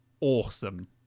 awesome